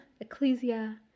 Ecclesia